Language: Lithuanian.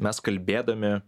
mes kalbėdami